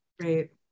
right